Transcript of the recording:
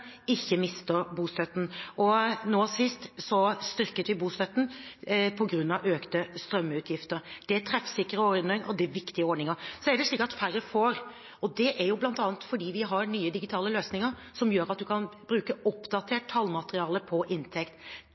ikke mister bostøtten. Nå sist styrket vi også bostøtten på grunn av økte strømutgifter. Dette er treffsikre og viktige ordninger. Færre får, og det er bl.a. fordi vi har nye digitale løsninger som gjør at man kan bruke oppdatert tallmateriale